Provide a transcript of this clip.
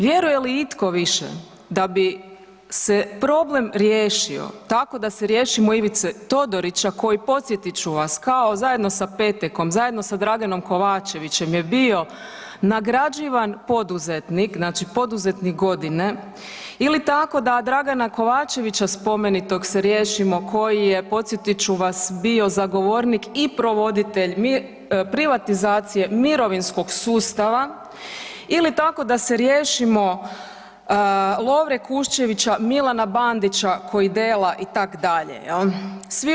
Vjeruje li itko više da bi se problem riješio tako da se riješimo Ivice Todorića koji podsjetit ću vas kao zajedno sa Petekom, zajedno sa Draganom Kovačevićem je bio nagrađivan poduzetnik, znači poduzetnik godine ili tako da Dragana Kovačevića spomenitog se riješimo koji je podsjetit ću vas bio zagovornik i provoditelj privatizacije mirovinskog sustava ili tako da se riješimo Lovre Kuščevića, Milana Bandića koji dela i tak dalje.